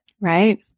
Right